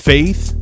Faith